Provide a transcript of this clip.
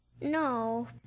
No